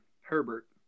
Herbert